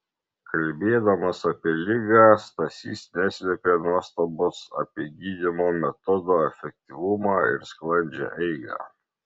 kalbėdamas apie ligą stasys neslėpė nuostabos apie gydymo metodo efektyvumą ir sklandžią eigą